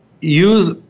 use